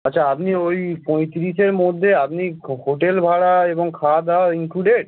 আচ্ছা আপনি ওই পঁইতিরিশের মধ্যে আপনি হো হোটেল ভাড়া এবং খাওয়া দাওয়া ইনক্লুডেড